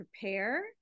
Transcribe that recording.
prepare